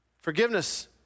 forgiveness